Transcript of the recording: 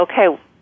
okay